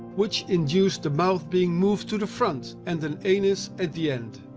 which induced the mouth being moved to the front, and an anus at the end.